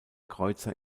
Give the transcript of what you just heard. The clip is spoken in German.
kreuzer